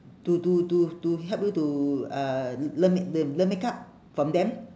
to to to to help you to uh learn make~ them learn makeup from them